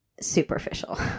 superficial